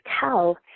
tell